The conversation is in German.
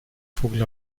vogel